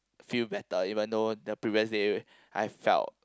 feel better even though the previous day I felt